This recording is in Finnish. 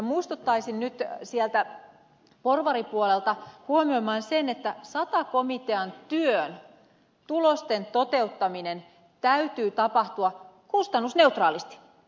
muistuttaisin nyt siellä porvaripuolella huomioimaan sen että sata komitean työn tulosten toteuttamisen täytyy tapahtua kustannusneutraalisti kustannusneutraalisti